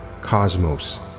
cosmos